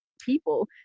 people